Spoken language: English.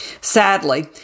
Sadly